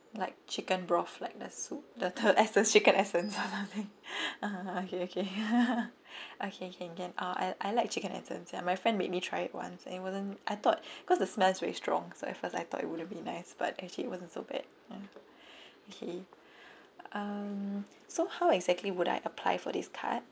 like chicken broth like the soup the the essence chicken essence okay okay okay can can uh I like chicken essence ya my friend made me try it once and it wasn't I thought cause the smell is very strong so at first I thought it wouldn't be nice but actually it wasn't so bad ya okay um so how exactly would I apply for this card